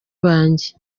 banjye